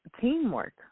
teamwork